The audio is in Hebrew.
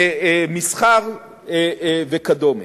מסחר וכדומה.